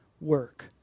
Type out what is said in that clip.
work